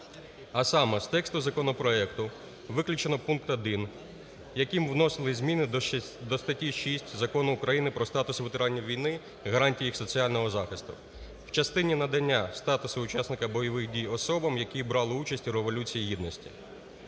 а саме з тексту законопроекту виключено пункт 1, яким вносили зміни до статті 6 Закону України "Про статус ветеранів війни, гарантії їх соціального захисту" в частині надання статусу учасника бойових дій особам, які брали участь у Революції Гідності.